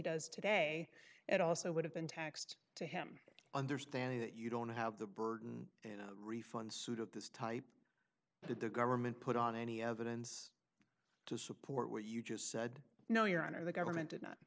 does today it also would have been taxed to him understanding that you don't have the burden in a refund suit of this type that the government put on any evidence to support what you just said no your honor the government